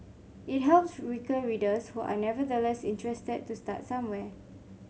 it helps weaker readers who are nevertheless interested to start somewhere